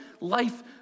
life